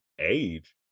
age